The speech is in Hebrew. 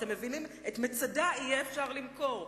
אתם מבינים, את מצדה אפשר יהיה למכור.